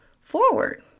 forward